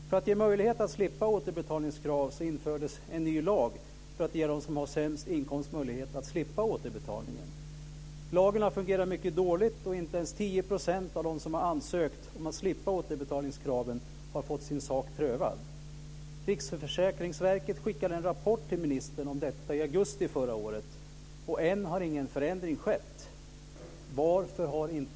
För att ge människor möjlighet att slippa återbetalningskrav infördes en ny lag. Den ger dem som har sämst inkomst möjlighet att slippa återbetalningen. Lagen har fungerat mycket dåligt. Inte ens 10 % av dem som har ansökt om att slippa återbetalningskraven har fått sin sak prövad. Riksförsäkringsverket skickade en rapport till ministern om detta i augusti förra året, och än har ingen förändring skett.